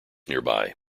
nearby